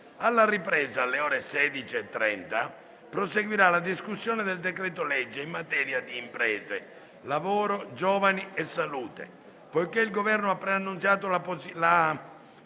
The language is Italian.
Alla ripresa, alle ore 16,30, proseguirà la discussione del decreto-legge in materia di imprese, lavoro, giovani e salute. Poiché il Governo ha preannunciato la posizione